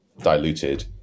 diluted